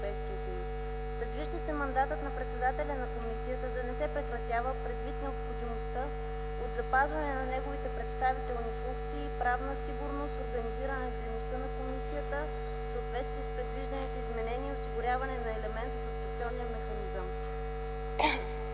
Предвижда се мандатът на председателя на комисията да не се прекратява предвид необходимостта от запазване на неговите представителни функции и правна сигурност, организиране дейността на комисията в съответствие с предвидените изменения и осигуряване на елемент от ротационния механизъм.